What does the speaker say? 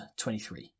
23